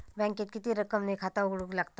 बँकेत किती रक्कम ने खाता उघडूक लागता?